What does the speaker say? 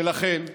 ולכן,